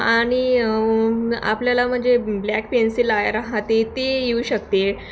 आणि आपल्याला म्हणजे ब्लॅक पेन्सिल आया रहाते ते येऊ शकते